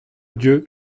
dieu